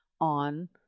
on